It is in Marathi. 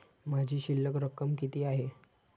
माझी शिल्लक रक्कम किती आहे?